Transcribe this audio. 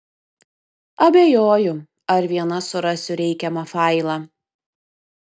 abejoju ar viena surasiu reikiamą failą